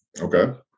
okay